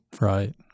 Right